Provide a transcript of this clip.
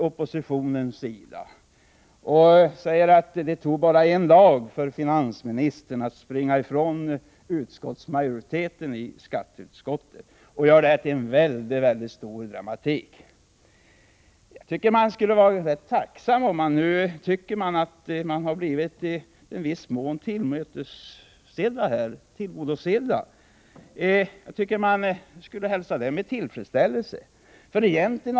Oppositionen ondgör sig nu och säger att det tog bara en dag för finansministern att springa ifrån utskottsmajoriteten i skatteutskottet, och > gör stor dramatik av det hela. Jag tycker att man inom oppositionen hellre borde vara tacksam.